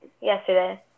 yesterday